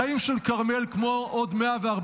החיים של כרמל, כמו של עוד 114